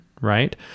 right